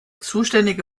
zuständige